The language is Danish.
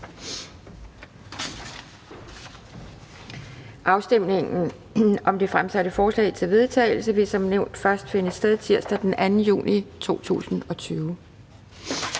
Afstemning om det fremsatte forslag til vedtagelse vil som nævnt først finde sted tirsdag den 2. juni 2020.